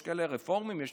יש כאלה רפורמים, יש